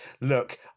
look